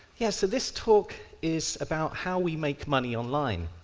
yes, so this talk is about how we make money online.